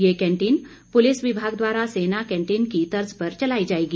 ये canteen police विभाग द्वारा सेना कैंटीन की तर्ज पर चलाई जाएगी